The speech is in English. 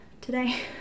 today